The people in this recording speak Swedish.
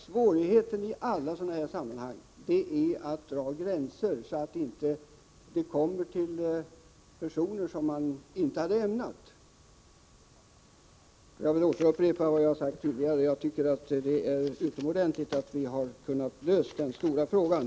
Svårigheterna i alla sådana här sammanhang är att dra gränserna så att barnbidrag inte kommer till personer som inte är berättigade till dem. Jag upprepar vad jag sade tidigare, nämligen att det är utomordentligt att vi har kunnat lösa den stora frågan.